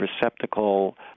receptacle